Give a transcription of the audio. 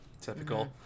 Typical